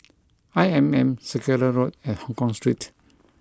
I M M Circular Road and Hongkong Street